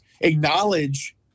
acknowledge